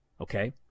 okay